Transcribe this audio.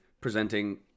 presenting